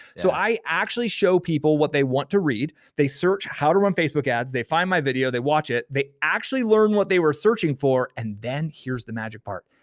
so i actually show people what they want to read. they search how to run facebook ads they find my video, they watch it, they actually learn what they were searching for, and then there's the magic part.